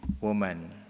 woman